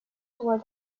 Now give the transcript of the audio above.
toward